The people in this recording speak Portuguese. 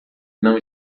não